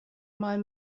mal